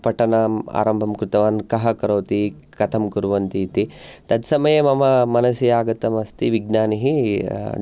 पठनम् आरम्भं कृतवान् कः करोति कथं कुर्वन्ति इति तत्समये मम मनसि आगतम् अस्ति विज्ञानी